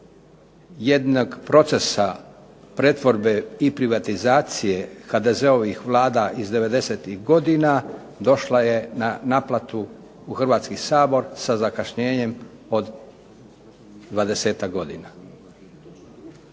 jednog procesa pretvorbe i privatizacije HDZ-ovih Vlada iz 90-tih godina došla je na naplatu u Hrvatski sabor sa zakašnjenjem od dvadesetak